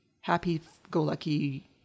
happy-go-lucky